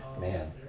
Man